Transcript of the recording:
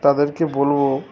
তাদেরকে বলব